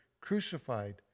crucified